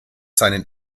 seinen